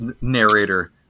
narrator